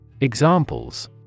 Examples